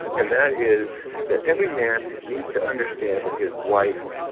and that is that every man needs to understand that his wife